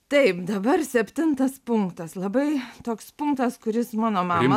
taip dabar septintas punktas labai toks punktas kuris mano mamą